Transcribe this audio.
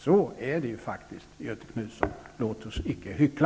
Så är det faktiskt, Göthe Knutson. Låt oss icke hyckla.